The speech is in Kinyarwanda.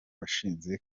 washinze